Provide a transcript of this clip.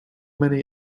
many